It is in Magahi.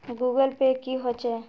गूगल पै की होचे?